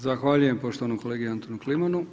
Zahvaljujem poštovanom kolegi Antunu Klimanu.